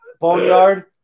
Boneyard